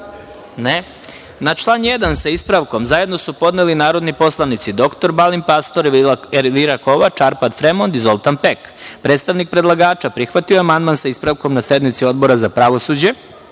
1. amandman, sa ispravkom, zajedno su podneli narodni poslanici dr Balin Pastor, Elvira Kovač, Arpad Fremond i Zoltan Pek. Predstavnik predlagača prihvatio je amandman sa ispravkom na sednici Odbora za pravosuđe,